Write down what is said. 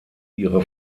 ihre